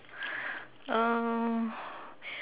um